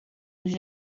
nos